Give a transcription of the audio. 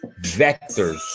vectors